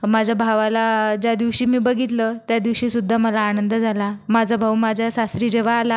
माझ्या भावाला ज्या दिवशी मी बघितलं त्या दिवशीसुद्धा मला आनंद झाला माझा भाऊ माझ्या सासरी जेव्हा आला